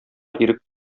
ирек